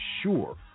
sure